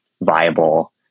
viable